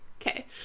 okay